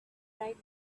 bright